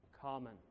common